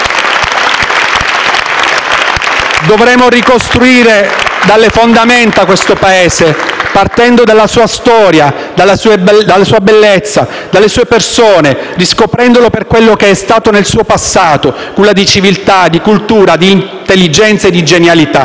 Dovremo ricostruire dalle fondamenta questo Paese, partendo dalla sua storia, dalla sua bellezza e dalle sue persone, riscoprendolo per quello che è stato nel passato: culla di civiltà, cultura, intelligenze e genialità.